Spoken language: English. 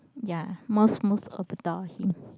ya most most adore him